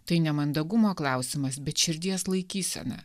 tai ne mandagumo klausimas bet širdies laikysena